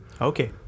Okay